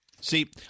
See